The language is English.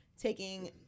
taking